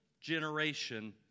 generation